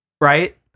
Right